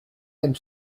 même